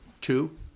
Two